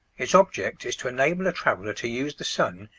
its object is to enable a traveller to use the sun,